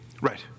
Right